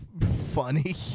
funny